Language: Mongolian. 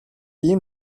ийм